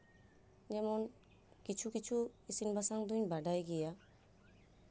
ᱡᱮᱢᱚᱱ ᱠᱤᱪᱷᱩ ᱠᱤᱪᱷᱩ ᱤᱥᱤᱱ ᱵᱟᱥᱟᱝ ᱫᱩᱧ ᱵᱟᱰᱟᱭ ᱜᱮᱭᱟ